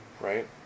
right